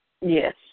Yes